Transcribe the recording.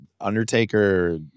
undertaker